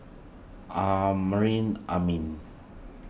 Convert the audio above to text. Amrin Amin